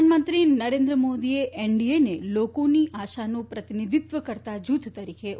પ્રધાનમંત્રી નરેન્દ્ર મોદીએ એનડીએને લોકોની આશાનું પ્રતિનિધિત્વ કરતા જૂથ તરીકે ઓળખાવ્યું છે